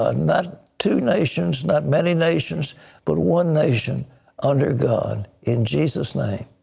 ah not two nations, not many nations but one nation under god, in jesus' name.